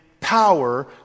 power